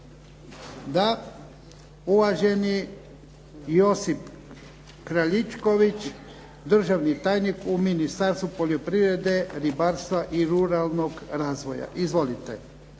Da. Uvaženi Josip Kraljičković, državni tajnik u Ministarstvu poljoprivrede, ribarstva i ruralnog razvoja. Izvolite.